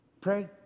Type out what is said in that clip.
Pray